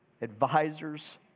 advisors